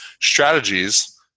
strategies